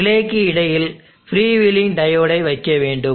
ரிலேக்கு இடையில் ஃப்ரீவீலிங் டையோடை வைக்க வேண்டும்